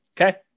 Okay